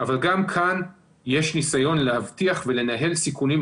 אבל גם כאן יש ניסיון להבטיח ולנהל סיכונים,